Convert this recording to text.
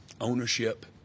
ownership